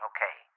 Okay